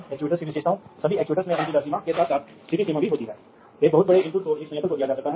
लेकिन फिर भी आप हमेशा शुरुआत करते हैं क्योंकि यह उस नियंत्रक से बात नहीं करेगा जो आपके पास पहले से है